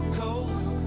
coast